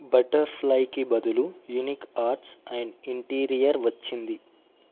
butter ఫ్లైకి బదులు unique arts and interior వచ్చింది